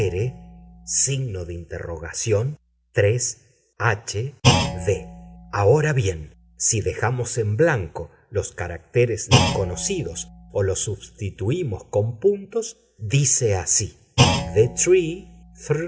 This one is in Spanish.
de interrogación h de ahora bien si dejamos en blanco los caracteres desconocidos o los substituímos con puntos dice así the